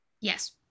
Yes